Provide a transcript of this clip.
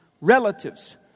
relatives